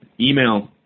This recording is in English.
Email